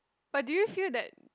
but do you feel that